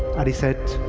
and he said,